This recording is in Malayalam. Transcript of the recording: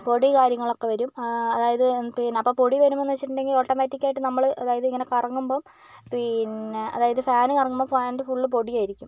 പൊടീം കാര്യങ്ങളൊക്കെ വരും അതായത് അപ്പോൾ പൊടി വരും എന്ന് വെച്ചിട്ടുണ്ടെങ്കിൽ ഓട്ടോമാറ്റിക്കായിട്ട് നമ്മൾ അതായത് ഇങ്ങനെ കറങ്ങുമ്പം പിന്നേ അതായത് ഫാന് കറങ്ങുമ്പോൾ ഫാനിൽ ഫുള്ള് പൊടിയായിരിക്കും